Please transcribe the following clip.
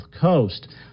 coast